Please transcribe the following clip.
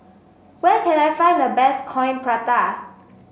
where can I find the best Coin Prata